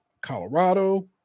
Colorado